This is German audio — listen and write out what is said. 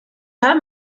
haben